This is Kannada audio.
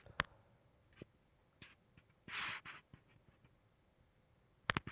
ಜೇನ ಬಿಡಸುವಾಗ ಯಾವ ತಳಿ ಜೇನು ಅನ್ನುದ ಮದ್ಲ ತಿಳದಿರಬೇಕ